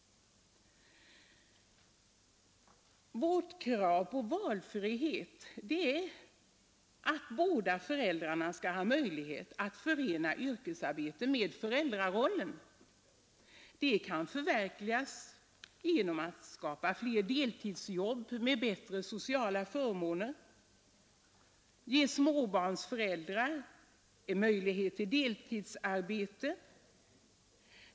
Vårt krav på valfrihet innebär att båda föräldrarna skall ha möjlighet att förena yrkesarbete med föräldrarollen. Det kan förverkligas genom att man skapar fler deltidsjobb med bättre sociala förmåner och genom att man ger småbarnsföräldrar en möjlighet till deltidsarbete.